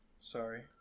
sorry